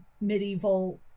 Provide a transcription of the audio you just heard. medieval